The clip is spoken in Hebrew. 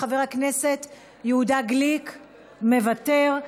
חבר הכנסת יהודה גליק, מוותר.